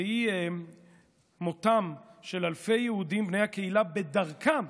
והיא מותם של אלפי יהודים בני הקהילה בדרכם,